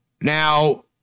Now